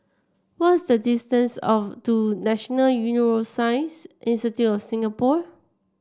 what is the distance of to National Neuroscience Institute of Singapore